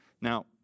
Now